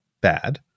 bad